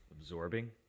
Absorbing